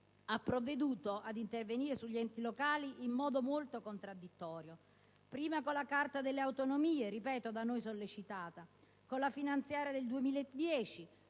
ha provveduto ad intervenire sugli enti locali in modo molto contraddittorio: prima con la Carta delle autonomie (ripeto, da noi sollecitata), poi con la finanziaria 2010,